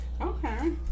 Okay